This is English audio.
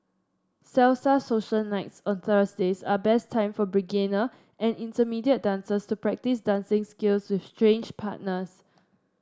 salsa social nights on Thursdays are best time for beginner and intermediate dancers to practice dancing skills with strange partners